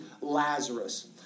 Lazarus